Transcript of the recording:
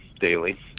daily